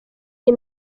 iyi